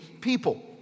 people